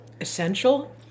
essential